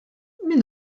min